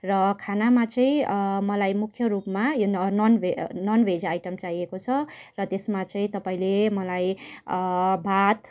र खानामा चाहिँ मलाई मुख्य रुपमा यो नन भेज आइटम चाहिएको छ र त्यसमा चाहिँ तपाईँले मलाई भात